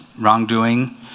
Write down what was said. wrongdoing